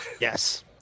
Yes